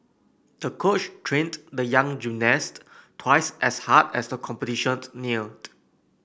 the coach trained the young gymnast twice as hard as the competition neared